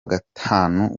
gatanu